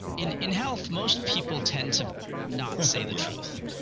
in in health, most people tend to not say the truth.